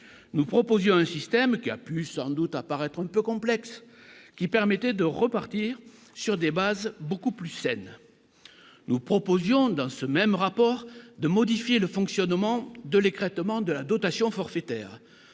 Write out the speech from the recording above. nous proposions un système qui a pu sans doute apparaîtront peu complexe qui permettait de repartir sur des bases beaucoup plus saine, nous proposions dans ce même rapport, de modifier le fonctionnement de l'écrêtement de la dotation forfaitaire,